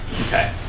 Okay